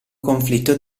conflitto